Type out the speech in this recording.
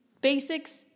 basics